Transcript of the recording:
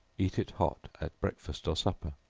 eat it hot, at breakfast or supper.